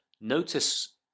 Notice